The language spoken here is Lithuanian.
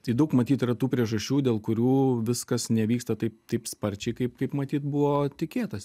tai daug matyt yra tų priežasčių dėl kurių viskas nevyksta taip taip sparčiai kaip kaip matyt buvo tikėtas